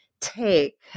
take